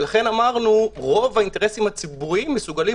לכן אמרנו שרוב האינטרסים הציבוריים מסוגלים